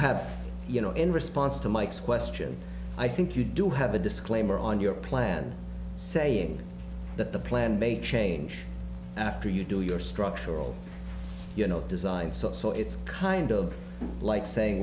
have you know in response to mike's question i think you do have a disclaimer on your plan saying that the plan based change after you do your structural design so so it's kind of like saying